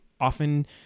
often